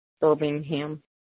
Birmingham